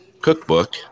cookbook